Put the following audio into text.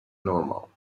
normal